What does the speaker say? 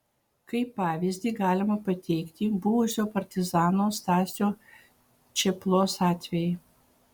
kaip pavyzdį galima pateikti buvusio partizano stasio čėplos atvejį